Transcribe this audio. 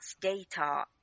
data